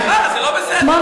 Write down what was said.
חברת הכנסת סתיו שפיר,